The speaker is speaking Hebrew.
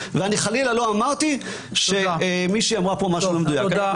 ואני חלילה לא אמרתי שמישהי אמרה פה משהו לא מדויק --- אוקיי,